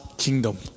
Kingdom